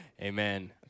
Amen